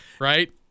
Right